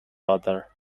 other